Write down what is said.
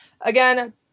again